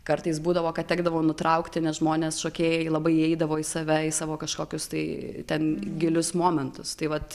kartais būdavo kad tekdavo nutraukti nes žmonės šokėjai labai įeidavo į save į savo kažkokius tai ten gilius momentus tai vat